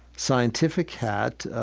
scientific hat,